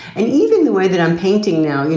and even the way that i'm painting now, you